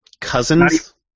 Cousins